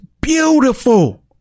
beautiful